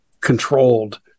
controlled